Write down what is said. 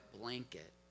blanket